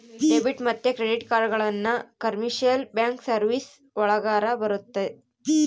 debit ಮತ್ತೆ credit ಕಾರ್ಡ್ಗಳನ್ನ commercial bank services ಒಳಗರ ಬರುತ್ತೆ